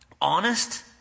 honest